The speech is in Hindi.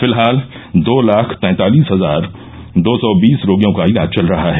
फिलहाल दो लाख तैंतालिस हजार दो सौ बीस रोगियों का इलाज चल रहा है